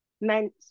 meant